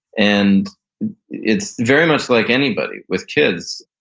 and it's very much like anybody. with kids,